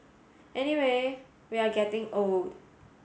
anyway we are getting old